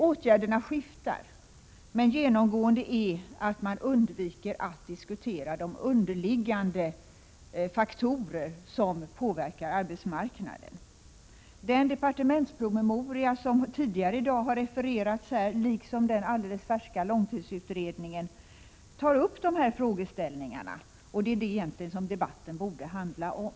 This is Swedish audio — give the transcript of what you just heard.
Åtgärderna skiftar, men genomgående är att man undviker att diskutera de underliggande faktorer som påverkar arbetsmarknaden. Den departementspromemoria som har refererats här tidigare i dag liksom den alldeles färska långtidsutredningen tar upp de här frågeställningarna, och det är det debatten egentligen borde handla om.